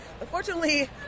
Unfortunately